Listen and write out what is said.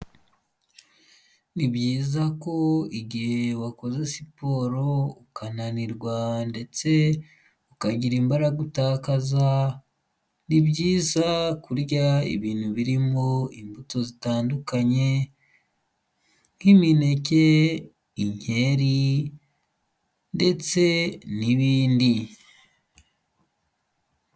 Nibyiza ko igihe wakoze siporo ukananirwa ndetse ukagira imbaraga utakaza, ni byiza kurya ibintu birimo imbuto zitandukanye nk'imineke inkeri ndetse n'ibindi.